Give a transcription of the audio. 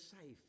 safe